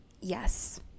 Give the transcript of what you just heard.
yes